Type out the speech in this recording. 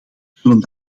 zullen